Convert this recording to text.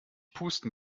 pusten